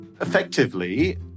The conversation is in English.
Effectively